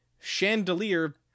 chandelier